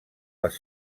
les